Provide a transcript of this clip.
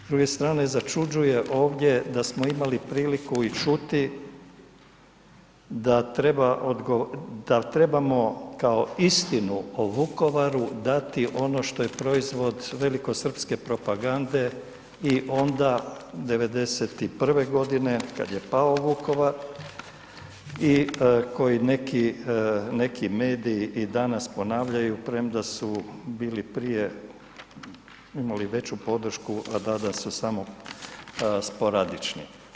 S druge strane, začuđuje ovdje da smo imali priliku i čuti da treba, da trebamo kao istinu o Vukovaru, dati ono što je proizvod velikosrpske propagande i onda 91. g. kad je pao Vukovar i koji neki mediji i danas ponavljaju, premda su bili prije, imali veću podršku, a danas su samo sporadični.